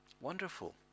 Wonderful